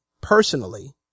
personally